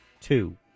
two